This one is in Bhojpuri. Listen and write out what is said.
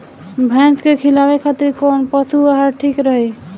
भैंस के खिलावे खातिर कोवन पशु आहार ठीक रही?